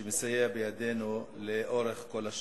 שמסייע בידנו לאורך כל השנה.